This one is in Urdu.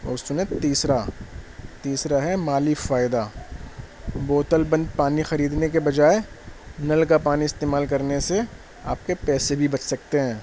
اور سنیں تیسرا تیسرا ہے مالی فائدہ بوتل بند پانی خریدنے کے بجائے نل کا پانی استعمال کرنے سے آپ کے پیسے بھی بچ سکتے ہیں